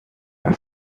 were